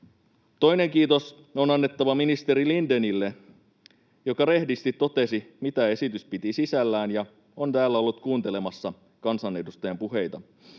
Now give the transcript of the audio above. Toinen kiitos on annettava ministeri Lindénille, joka rehdisti totesi, mitä esitys piti sisällään, ja on täällä ollut kuuntelemassa kansanedustajien puheita.